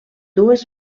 dues